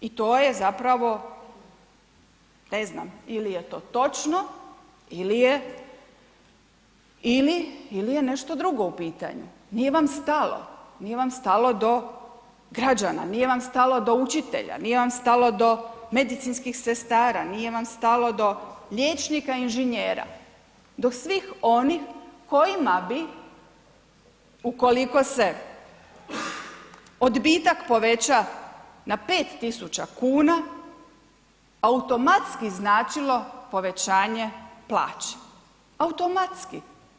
I to je zapravo, ne znam ili je to točno ili je, ili je nešto drugo u pitanju, nije vam stalo, nije vam stalo do građana, nije vam stalo do učitelja, nije vam stalo do medicinskih sestara, nije vam stalo do liječnika inženjera, do svih onih kojima bi ukoliko se odbitak poveća na 5 tisuća kuna automatski značilo povećanje plaće, automatski.